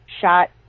shot